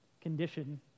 condition